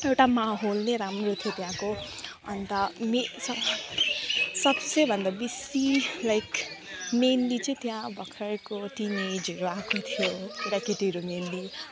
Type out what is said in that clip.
एउटा माहौल नै राम्रो थियो त्यहाँको अन्त मे सब सबसे भन्दा बेसी लाइक मेन्ली चाहिँ त्यहाँ भर्खरैको टिनेजहरू आएको थियो केटाकेटीहरू मेन्ली